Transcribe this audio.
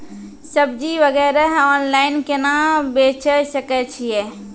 सब्जी वगैरह ऑनलाइन केना बेचे सकय छियै?